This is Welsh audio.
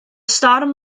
storm